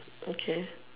okay